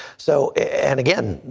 so, and again,